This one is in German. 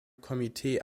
komitee